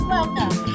Welcome